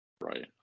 Right